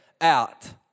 out